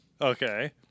Okay